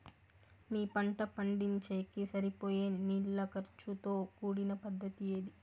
మీ పంట పండించేకి సరిపోయే నీళ్ల ఖర్చు తో కూడిన పద్ధతి ఏది?